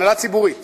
הנהלה ציבורית